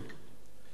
כך, למשל,